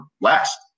last